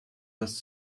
was